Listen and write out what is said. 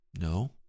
No